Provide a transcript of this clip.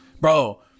Bro